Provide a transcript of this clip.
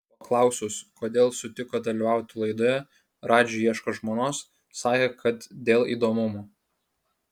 paklausus kodėl sutiko dalyvauti laidoje radži ieško žmonos sakė kad dėl įdomumo